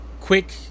quick